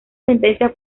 sentencia